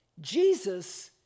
Jesus